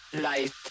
Light